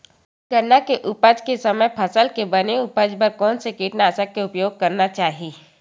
गन्ना के उपज के समय फसल के बने उपज बर कोन से कीटनाशक के उपयोग करना चाहि?